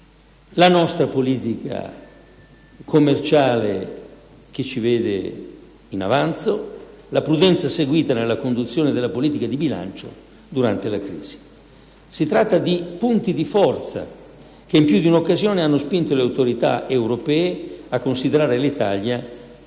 la nostra politica commerciale, che ci vede in avanzo, la prudenza seguita nella conduzione della politica di bilancio durante la crisi. Si tratta di punti di forza che in più di un'occasione hanno spinto le autorità europee a considerare l'Italia